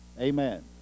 Amen